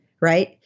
right